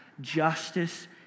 justice